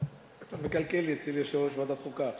אתה מקלקל לי אצל יושב-ראש ועדת חוקה עכשיו.